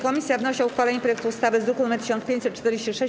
Komisja wnosi o uchwalenie projektu ustawy z druku nr 1546.